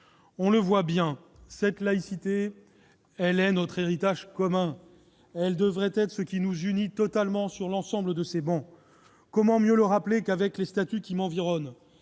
On le voit bien : cette laïcité est notre héritage commun. Elle devrait être ce qui nous unit totalement sur l'ensemble de ces travées. Comment mieux le rappeler qu'avec les statues qui m'environnent ?